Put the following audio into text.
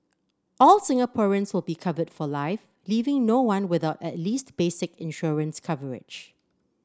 all Singaporeans will be covered for life leaving no one without at least basic insurance coverage